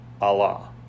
Allah